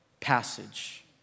passage